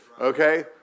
okay